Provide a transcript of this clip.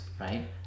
Right